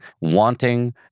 wanting